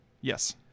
yes